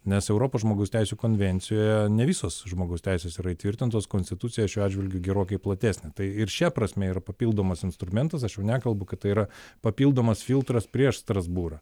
nes europos žmogaus teisių konvencijoje ne visos žmogaus teisės yra įtvirtintos konstitucija šiuo atžvilgiu gerokai platesnė tai ir šia prasme yra papildomas instrumentas aš jau nekalbu kad tai yra papildomas filtras prieš strasbūrą